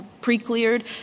pre-cleared